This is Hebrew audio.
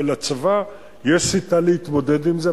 לצבא יש שיטה להתמודד עם זה,